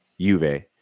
Juve